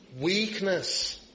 weakness